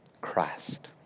Christ